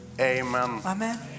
Amen